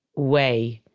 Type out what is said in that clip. weigh.